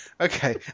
Okay